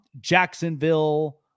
Jacksonville